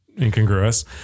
incongruous